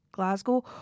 Glasgow